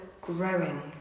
growing